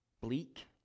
bleak